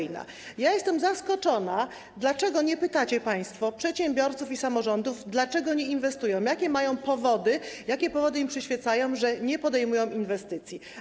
Ja jestem zaskoczona tym, że nie pytacie państwo przedsiębiorców i samorządów, dlaczego nie inwestują, jakie mają powody, jakie powody sprawiają, że nie podejmują inwestycji.